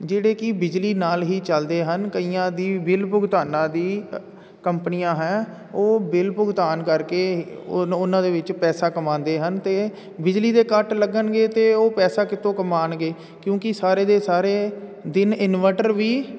ਜਿਹੜੇ ਕਿ ਬਿਜਲੀ ਨਾਲ ਹੀ ਚੱਲਦੇ ਹਨ ਕਈਆਂ ਦੀ ਬਿਲ ਭੁਗਤਾਨਾਂ ਦੀ ਕੰਪਨੀਆਂ ਹੈ ਉਹ ਬਿੱਲ ਭੁਗਤਾਨ ਕਰਕੇ ਉਨ ਉਹਨਾਂ ਦੇ ਵਿੱਚ ਪੈਸਾ ਕਮਾਉਂਦੇ ਹਨ ਅਤੇ ਬਿਜਲੀ ਦੇ ਕੱਟ ਲੱਗਣਗੇ ਤਾਂ ਉਹ ਪੈਸਾ ਕਿੱਥੋਂ ਕਮਾਉਣਗੇ ਕਿਉਂਕਿ ਸਾਰੇ ਦੇ ਸਾਰੇ ਦਿਨ ਇਨਵਰਟਰ ਵੀ